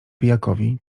pijakowi